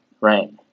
Right